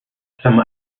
some